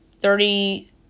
thirty